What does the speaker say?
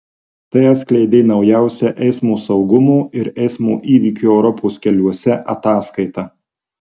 tai atskleidė naujausia eismo saugumo ir eismo įvykių europos keliuose ataskaita